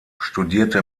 studierte